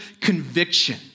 conviction